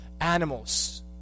animals